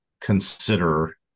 consider